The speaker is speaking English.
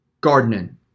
gardening